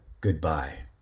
goodbye